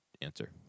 answer